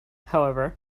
however